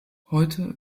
heute